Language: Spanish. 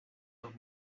los